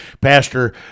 Pastor